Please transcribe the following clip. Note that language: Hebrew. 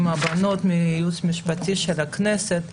עם הייעוץ המשפטי של הכנסת.